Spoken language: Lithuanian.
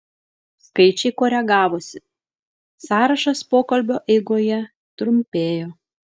skaičiai koregavosi sąrašas pokalbio eigoje trumpėjo